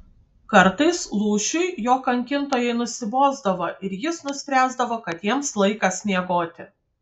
kartais lūšiui jo kankintojai nusibosdavo ir jis nuspręsdavo kad jiems laikas miegoti